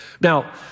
Now